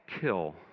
kill